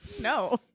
No